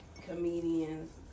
comedians